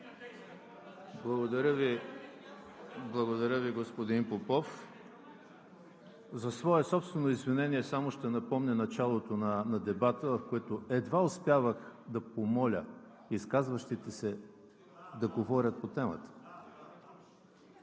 Благодаря Ви, господин Попов. За свое собствено извинение само ще напомня началото на дебата, в който едва успявах да помоля изказващите се да говорят по темата.